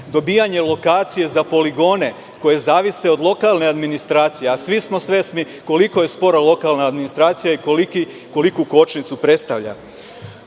dobijanje lokacije za poligone koje zavise od lokalne administracije, a svi smo svesni koliko je spora lokalna administracija i koliku kočnicu predstavlja.S